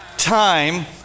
Time